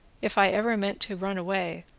if i ever meant to run away,